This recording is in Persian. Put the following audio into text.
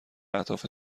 اهداف